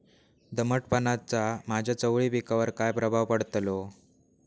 दमटपणाचा माझ्या चवळी पिकावर काय प्रभाव पडतलो?